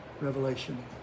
Revelation